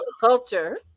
Culture